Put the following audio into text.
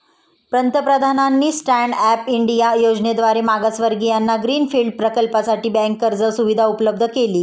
पंतप्रधानांनी stand up India योजनेद्वारे मागासवर्गीयांना ग्रीन फील्ड प्रकल्पासाठी बँक कर्ज सुविधा उपलब्ध केली